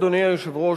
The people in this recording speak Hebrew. אדוני היושב-ראש,